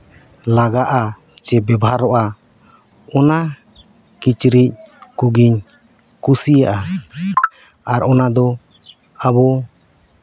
ᱞᱟᱸᱜᱟᱜᱼᱟ ᱥᱮ ᱵᱮᱵᱷᱟᱨᱚᱜᱼᱟ ᱚᱱᱟ ᱠᱤᱪᱨᱤᱡ ᱠᱚᱜᱮᱧ ᱠᱩᱥᱤᱭᱟᱜᱼᱟ ᱟᱨ ᱚᱱᱟᱫᱚ ᱟᱵᱚ